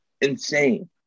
insane